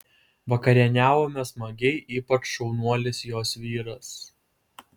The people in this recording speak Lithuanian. vakarieniavome smagiai ypač šaunuolis jos vyras